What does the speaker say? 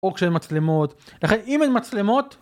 או כשאין מצלמות, לכן אם אין מצלמות